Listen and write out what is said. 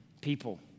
people